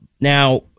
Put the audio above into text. now